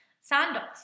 sandals